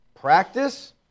practice